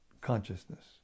consciousness